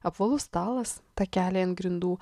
apvalus stalas takeliai ant grindų